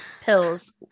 pills